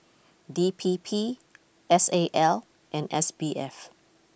D P P S A L and S B F